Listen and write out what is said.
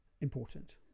important